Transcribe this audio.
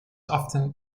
often